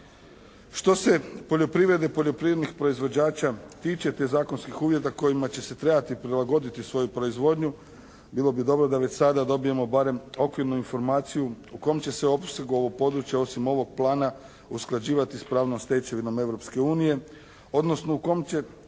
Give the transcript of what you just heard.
Što se poljoprivrede i poljoprivrednih proizvođača tiče te zakonskih uvjeta kojima će trebati prilagoditi svoju proizvodnju, bilo bi dobro da već sada dobijemo barem okvirnu informaciju u kojem će se opsegu ovo područje osim ovog plana usklađivati s pravnom stečevinom Europske unije, odnosno u kom će